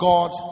God